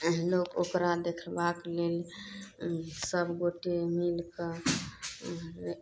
लोक ओकरा देखबाक लेल सबगोटे मिल कऽ